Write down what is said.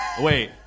Wait